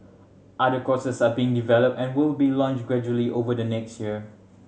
other courses are being developed and will be launched gradually over the next year